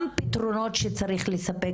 גם פתרונות שצריך לספק,